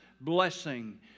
blessing